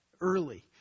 early